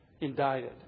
indicted